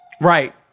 Right